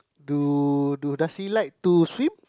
do do does he like to swim